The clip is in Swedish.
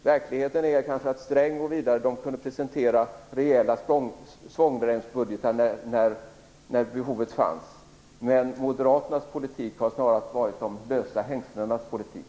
Verkligheten är kanske att Sträng m.fl. kunde presentera rejäla svångremsbudgetar när behovet fanns, men Moderaternas politik har snarast varit de lösa hängslenas politik.